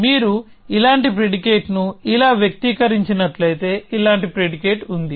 మీరు ఇలాంటి ప్రిడికేట్ ను ఇలా వ్యక్తీకరించినట్లయితే ఇలాంటి ప్రిడికేట్ ఉంది